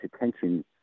attention